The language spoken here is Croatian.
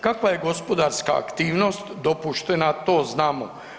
Kakva je gospodarska aktivnost dopuštena, to znamo.